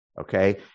Okay